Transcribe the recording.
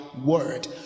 word